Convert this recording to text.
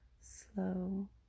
slow